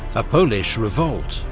a polish revolt,